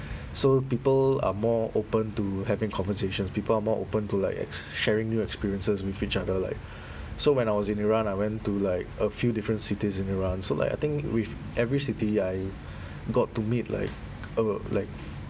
so people are more open to having conversations people are more open to like ex~ sharing new experiences with each other like so when I was in iran I went to like a few different cities in iran so like I think with every city I got to meet like uh like